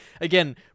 again